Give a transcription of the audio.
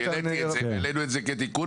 אני העליתי את זה, והעלינו את זה כתיקון.